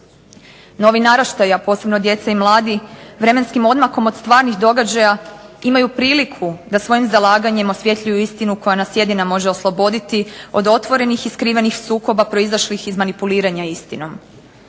Novi naraštaji, a posebno djeca i mladi vremenskim odmakom od stvarnih događaja imaju priliku da svojim zalaganjem osvjetljuju istinu koja nas jedina može osloboditi od otvorenih i skrivenih sukoba proizašlih iz manipuliranja istinom.